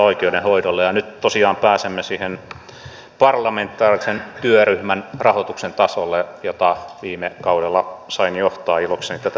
nyt tosiaan pääsemme siihen parlamentaarisen työryhmän rahoituksen tasolle ja viime kaudella sain johtaa ilokseni tätä työryhmää